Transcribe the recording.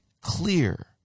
clear